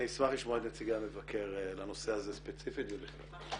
אני אשמח לשמוע את נציגי המבקר לנושא הזה ספציפית ובכלל.